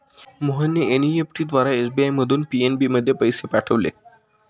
मोहनने एन.ई.एफ.टी द्वारा एस.बी.आय मधून पी.एन.बी मध्ये पैसे पाठवले